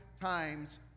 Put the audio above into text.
times